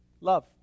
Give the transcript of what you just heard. Love